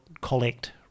collect